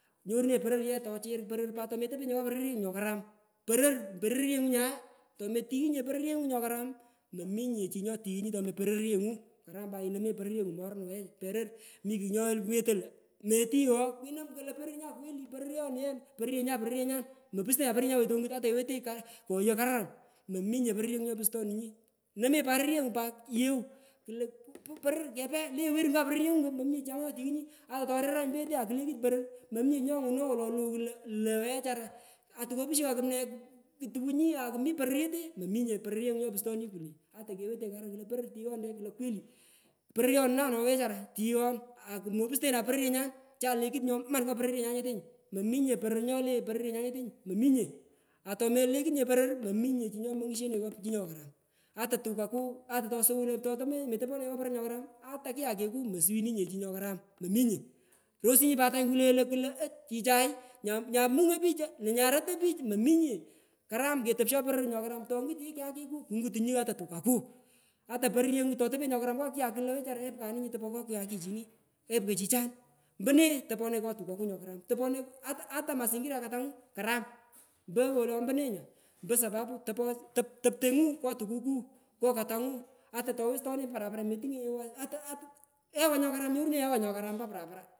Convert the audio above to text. Nyorurenyi poror ye tochir poror pat tometopenyinyr ngo pororyengu nyokaram poro pororyengu nyae tomotighinyinye pororyengu nyokaram mominye chii nyotighunyi tomo pororyengu karam pat inomenyi pororyengu morun wen poror mi kugh nyowetoi lo metighon kenam kulo pororyonay aa kweli pororyonu ye pororyenyan pororyenyan mopustenanye pororyenyan wetoi ongut ata kewetonyi ka koyogh kareran mominye pororyengu nyopustonunyi nomenyi pat pororyengu pat ye w lo poror kepe le werungwa pororyengu mominye chii anga nyotighunyi ata toriranyi ompo yete akulekut poror mominye chi nyonguno wololow nguno lo wechara atukopushukwa kumne kutuwunyi akumi poror yete mominye pororyengu nyopu nunyi iwenyi kule atakewetenyi karaan kulo poror tighonte kulo kweli pororyonu naa ooh chara tighon kumopustohanye pororyenyan cha lekut nyoman nyo pororyenyan nyetunyu mominye poror nyole pororyenyan nyenyu mominye atomolekutnye poror mominye chi nyom ngshenenyi ngo puchini nyokaram ata tukaku ata tosowu lo totomo metoporenyi ngo poror nyokaram ata kyakiku mosuwininye chii nyokaram mominye rodugh pat tany kulelo ouch chichai nyamungoi pich nto nyarotoi pic hooch mominye karam ketopisho lkoror nyokaram tomi kyakiku kungatunyi ata tukaku ata pororyengu totopenyi nyokaram ngo kyak klo wechara tome kyani nyini topo ngo kyakichini epi ko chichan mpone toponenyi ngo tukaku nyokarami topore ata ata masingira katangu karam mpowolo mpo nee nya mpo sapapu tope toptongu ngo tukuku ngo katangu ata towestonengi mpo parapara metungonyinye ata aa ewa nyokaram nyoronenyi ewa nyokaram mpo para para.